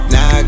Now